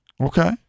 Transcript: Okay